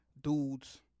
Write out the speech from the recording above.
dudes